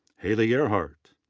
haley ehrhardt.